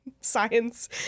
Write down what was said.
science